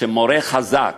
שמורה חזק